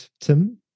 Tim